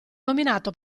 nominato